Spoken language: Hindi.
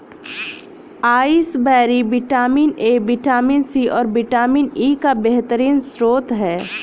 acai berry vitamin A, vitamin C, और विटामिन ई का बेहतरीन स्त्रोत है